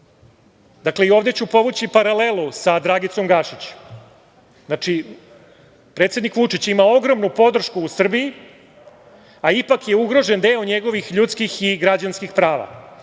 Dakle, i ovde ću povući paralelu sa Dragicom Gašić. Znači, predsednik Vučić ima ogromnu podršku u Srbiji, a ipak je ugrožen deo njegovih ljudskih i građanskih prava.